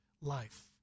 life